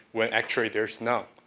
when, actually, there is none.